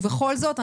ובכל זאת,